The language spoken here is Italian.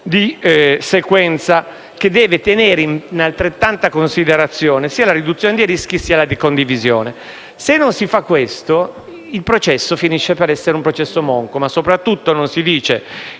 di sequenza, che deve tenere nella stessa considerazione sia la riduzione dei rischi, sia la condivisione. Se non si fa questo, il processo finisce per essere un processo monco, ma soprattutto non si dice